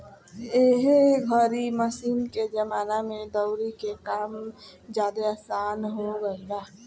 एह घरी मशीन के जमाना में दउरी के काम ज्यादे आसन हो गईल बा